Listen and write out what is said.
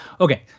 okay